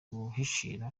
guhishira